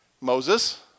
Moses